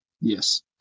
Yes